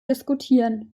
diskutieren